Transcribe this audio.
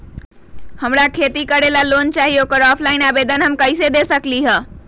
हमरा खेती करेला लोन चाहि ओकर ऑफलाइन आवेदन हम कईसे दे सकलि ह?